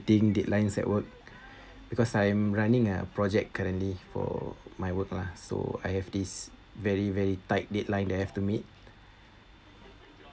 meeting deadlines at work because I'm running a project currently for my work lah so I have this very very tight deadline that I have to meet